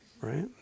right